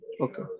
okay